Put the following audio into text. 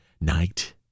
night